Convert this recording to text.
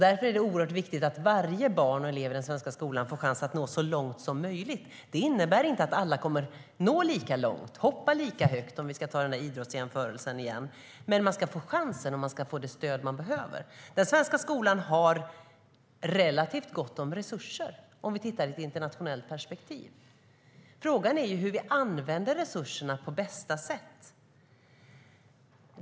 Därför är det oerhört viktigt att varje barn och elev i den svenska skolan får chansen att nå så långt som möjligt. Det innebär inte att alla kommer att nå lika långt, hoppa lika högt, om vi tar idrottsjämförelsen igen, men de ska få chansen och få det stöd de behöver. Den svenska skolan har relativt gott om resurser om vi tittar på det i ett internationellt perspektiv. Frågan är hur vi använder resurserna på bästa sätt.